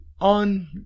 on